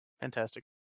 Fantastic